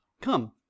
come